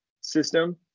system